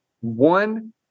One